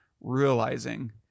realizing